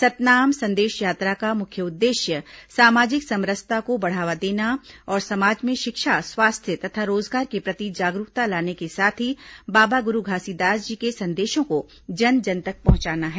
सतनाम संदेश यात्रा का मुख्य उद्देश्य सामाजिक समरसता को बढ़ावा देना और समाज में शिक्षा स्वास्थ्य तथा रोजगार के प्रति जागरूकता लाने के साथ ही बाबा गुरू घासीदास जी के संदेशों को जन जन तक पहुंचाना है